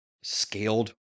scaled